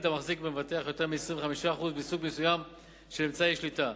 המחזיק במבטח יותר מ-25% מסוג מסוים של אמצעי שליטה.